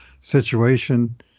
situation